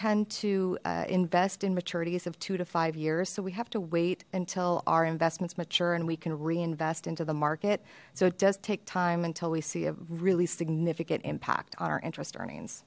tend to invest in maturities of two to five years so we have to wait until our investments mature and we can reinvest into the market so it does take time until we see a really significant impact on our interest earnings